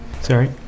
Sorry